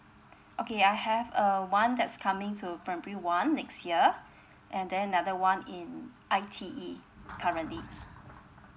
okay I have uh one that's coming to primary one next year and then another one in I_T_E currently